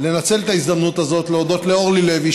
לנצל את ההזדמנות הזאת להודות לאורלי לוי,